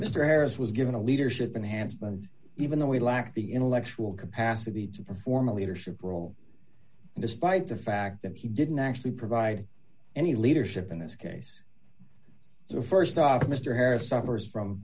mr harris was given a leadership enhanced by and even though we lack the intellectual capacity to perform a leadership role despite the fact that he didn't actually provide any leadership in this case so st off mr harris suffers from